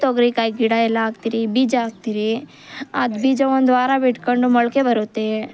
ತೊಗ್ರಿಕಾಯಿ ಗಿಡ ಎಲ್ಲ ಹಾಕ್ತೀವಿ ಬೀಜ ಹಾಕ್ತೀವಿ ಅದು ಬೀಜ ಒಂದ್ವಾರ ಬಿಟ್ಕೊಂಡು ಮೊಳಕೆ ಬರುತ್ತೆ